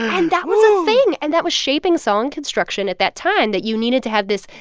and that was a thing. and that was shaping song construction at that time, that you needed to have this,